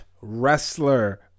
wrestler